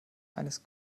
eines